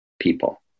people